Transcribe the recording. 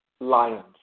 Lions